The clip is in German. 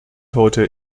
heute